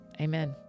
amen